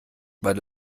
weil